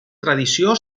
tradició